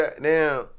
now